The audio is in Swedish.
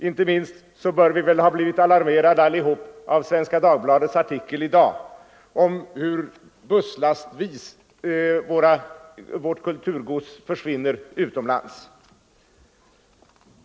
Inte minst bör vi alla ha blivit alarmerade av Svenska Dagbladets artikel i dag om hur hela busslaster av vårt kulturgods försvinner utomlands.